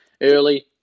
early